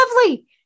lovely